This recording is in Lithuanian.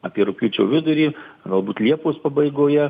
apie rugpjūčio vidurį galbūt liepos pabaigoje